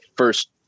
First